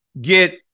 get